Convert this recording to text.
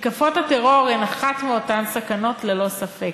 מתקפות הטרור הן אחת מאותן סכנות ללא ספק.